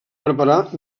preparar